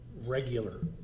regular